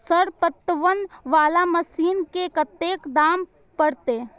Sir पटवन वाला machine के कतेक दाम परतें?